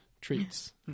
treats